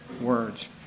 words